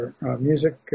music